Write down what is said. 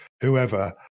whoever